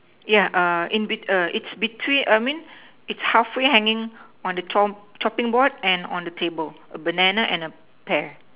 ya in bet it's between I mean it's half way hanging on the top on the chopping board and the table a banana and a pear